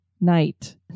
night